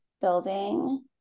building